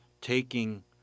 taking